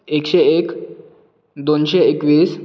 एकशें एक दोनशे एकवीस